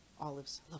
Olives